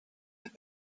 have